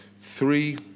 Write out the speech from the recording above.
three